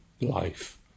life